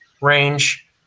range